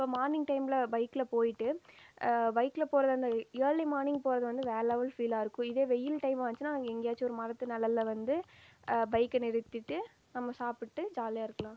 இப்போ மார்னிங் டைமில் பைக்கில் போய்ட்டு பைக்கில் போகிறதந்த ஏர்லி மார்னிங் போகிறது வந்து வேற லெவல் ஃபீலாயிருக்கும் இதே வெயில் டைம் ஆச்சுன்னா எங்கேயாச்சும் ஒரு மரத்து நெழலில் வந்து பைக்கை நிறுத்திவிட்டு நம்ம சாப்பிட்டு ஜாலியாக இருக்கலாம்